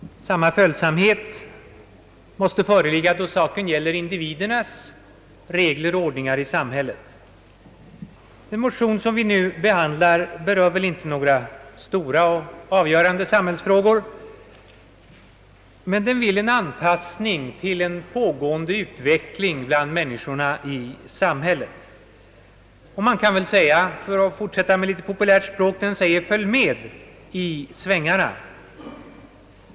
Samma följsamhet måste föreligga när saken gäller regler och ordningar för individen i samhället. Den motion som vi nu behandlar berör väl inte några stora och avgörande samhällsfrågor, men den vill åstadkomma en anpassning av vigselrätten till den pågående utvecklingen bland människorna i samhället. För att fortsätta med den populära vokabulären kan man väl säga, att det gäller att följa med i svängarna.